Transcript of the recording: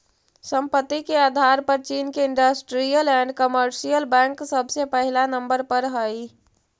संपत्ति के आधार पर चीन के इन्डस्ट्रीअल एण्ड कमर्शियल बैंक सबसे पहिला नंबर पर हई